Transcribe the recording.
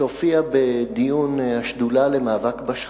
שהופיע בדיון השדולה למאבק בשחיתות,